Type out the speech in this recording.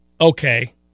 okay